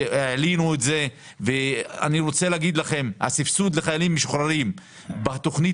אני רוצה לומר לכם שהסבסוד לחיילים משוחררים בתכנית